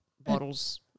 Bottles